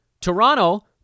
Toronto